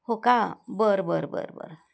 हो का बरं बरं बरं बरं